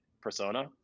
persona